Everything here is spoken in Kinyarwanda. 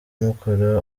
mukora